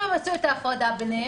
אם הם עשו את הפרדה ביניהם,